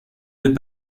deux